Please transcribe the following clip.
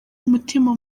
umutima